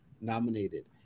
nominated